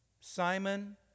Simon